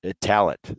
talent